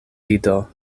ido